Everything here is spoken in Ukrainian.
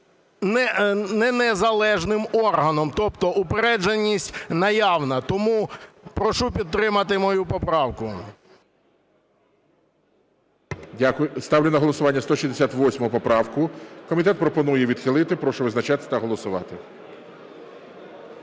не незалежним органом, тобто упередженість наявна. Тому прошу підтримати мою поправку. ГОЛОВУЮЧИЙ. Дякую. Ставлю на голосування 168 поправку. Комітет пропонує відхилити. Прошу визначатися та голосувати.